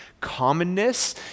Commonness